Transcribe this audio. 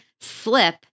slip